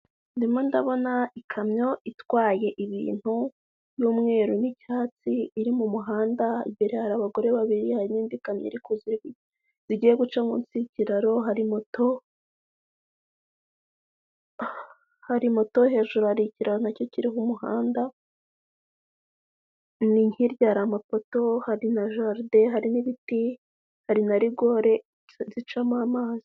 Ndimo ndabona ikamyo itwaye ibintu by'umweru n'icyatsi iri mu muhanda mbere harigore babiri ikayo y'kiraro hari mo harimoto amapoto hari nade hari arinari zimo amazi.